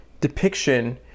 depiction